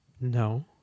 No